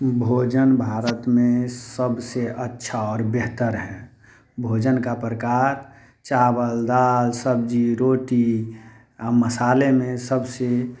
भोजन भारत में सबसे अच्छा और बेहतर है भोजन का प्रकार चावल दाल सब्जी रोटी मसाले में सबसे